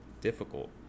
difficult